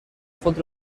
خود